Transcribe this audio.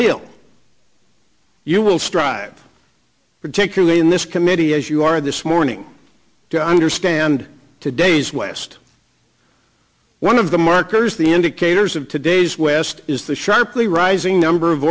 hill you will strive particularly in this committee as you are this morning to understand today's west one of the markers the indicators of today's west is the sharply rising number of